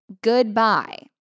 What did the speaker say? goodbye